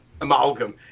amalgam